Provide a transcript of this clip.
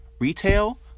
Retail